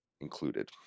included